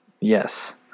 Yes